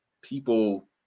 People